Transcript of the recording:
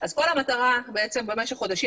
אז כל המטרה במשך חודשים,